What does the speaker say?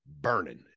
burning